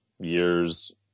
years